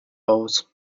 aus